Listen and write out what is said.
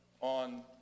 on